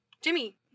Jimmy